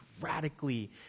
radically